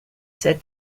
said